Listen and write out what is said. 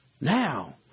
Now